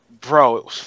bro